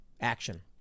Action